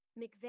McVeigh